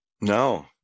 No